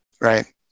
right